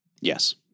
Yes